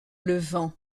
levant